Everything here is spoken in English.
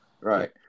Right